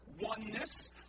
oneness